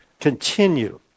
Continue